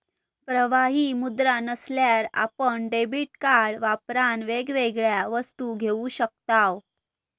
प्रवाही मुद्रा नसल्यार आपण डेबीट कार्ड वापरान वेगवेगळ्या वस्तू घेऊ शकताव